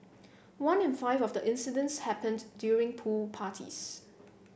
one in five of the incidents happened during pool parties